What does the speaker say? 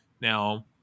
now